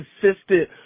consistent